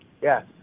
Yes